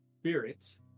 spirit